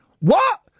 What